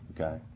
okay